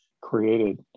created